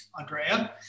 Andrea